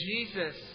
Jesus